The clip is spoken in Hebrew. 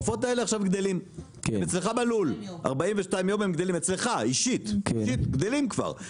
העופות האלו עכשיו גדלים אצלך בלול 42 יום אצלך אישית הם גדלים כבר.